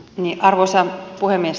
arvoisa puhemies